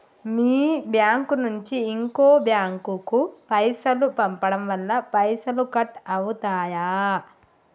మీ bank నుంచి ఇంకో bank కు పైసలు పంపడం వల్ల పైసలు కట్ అవుతయా?